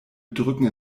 drücken